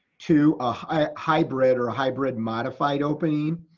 two ah hybrid or a hybrid modified opening.